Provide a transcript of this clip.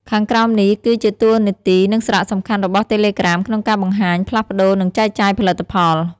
ខាងក្រោមនេះគឺជាតួនាទី និងសារៈសំខាន់របស់តេឡេក្រាមក្នុងការបង្ហាញ ផ្លាស់ប្ដូរ និងចែកចាយផលិតផល។